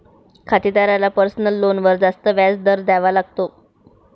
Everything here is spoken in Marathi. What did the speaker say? खातेदाराला पर्सनल लोनवर जास्त व्याज दर द्यावा लागतो